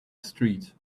street